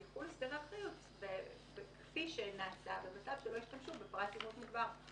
אז ייקחו הסדר אחר כפי שנעשה במצב שלא השתמשו בפרט אימות מוגבר.